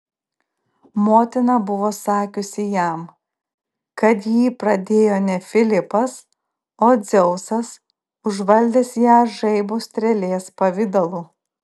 motina buvo sakiusi jam kad jį pradėjo ne filipas o dzeusas užvaldęs ją žaibo strėlės pavidalu